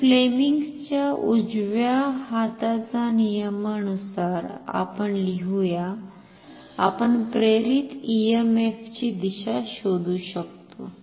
तर फ्लेमिंगच्या उजव्या हाताच्या नियमानुसार आपण लिहूया आपण प्रेरित ईएमएफची दिशा शोधू शकतो